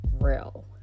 real